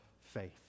faith